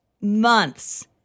months